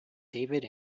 david